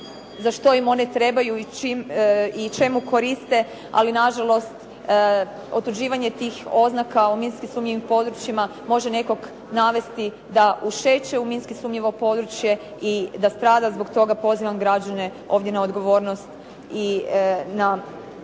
za što im one trebaju i čemu koriste, ali nažalost otuđivanje tih oznaka o minsko sumnjivim područjima može nekog navesti da ušeće u minski sumnjivo područje i da strada. Zbog toga pozivam građane ovdje na odgovornost i na